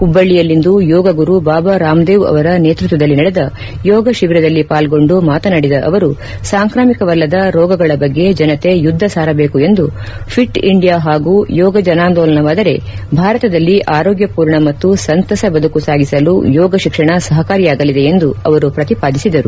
ಹುಬ್ಬಳ್ಳಿಯಲ್ಲಿಂದು ಯೋಗ ಗುರು ಬಾಬಾ ರಾಮ್ದೇವ್ ಅವರ ನೇತ್ಪತ್ನದಲ್ಲಿ ನಡೆದ ಯೋಗಶಿಬಿರದಲ್ಲಿ ಪಾಲ್ಲೊಂಡು ಮಾತನಾಡಿದ ಅವರು ಸಾಂಕ್ರಾಮಿಕವಲ್ಲದ ರೋಗಗಳ ಬಗ್ಗೆ ಜನತೆ ಯುದ್ದ ಸಾರಬೇಕು ಎಂದು ಫಿಟ್ ಇಂಡಿಯಾ ಹಾಗೂ ಯೋಗ ಜನಾಂದೋಲನವಾದರೆ ಭಾರತದಲ್ಲಿ ಆರೋಗ್ಯ ಪೂರ್ಣ ಮತ್ತು ಸಂತಸ ಬದುಕು ಸಾಗಿಸಲು ಯೋಗ ಶಿಕ್ಷಣ ಸಹಕಾರಿಯಾಗಲಿದೆ ಎಂದು ಅವರು ಪ್ರತಿಪಾದಿಸಿದರು